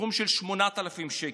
לסכום של 8,000 שקל.